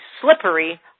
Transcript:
slippery